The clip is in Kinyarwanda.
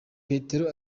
petero